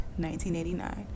1989